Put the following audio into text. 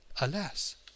Alas